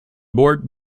board